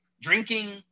drinking